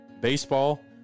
baseball